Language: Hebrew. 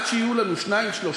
עד שיהיו לנו שניים-שלושה,